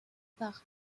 par